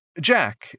Jack